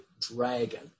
dragon